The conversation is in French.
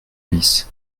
bis